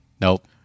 Nope